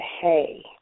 hey